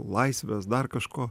laisvės dar kažko